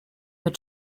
mit